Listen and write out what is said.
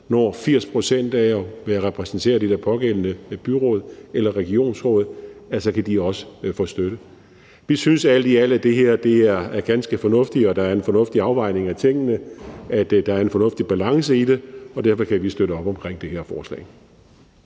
i forhold til at være repræsenteret i det pågældende byråd eller regionsråd, så også kan få støtte. Vi synes, at det her alt i alt er ganske fornuftigt, og at der er en fornuftig afvejning af tingene, at der er en fornuftig balance i det, og derfor kan vi støtte op omkring det her forslag.